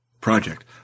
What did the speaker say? project